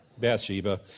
Bathsheba